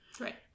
Right